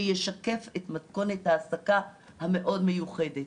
שישקף את מתכונת העסקה המאוד מיוחדת.